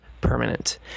permanent